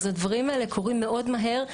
אז הדברים האלה קורים מאוד מהר.